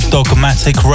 Dogmatic